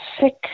sick